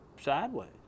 sideways